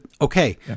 okay